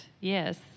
Yes